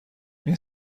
این